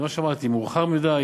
זה מה שאמרתי: מאוחר מדי,